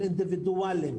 של אינדיבידואלים,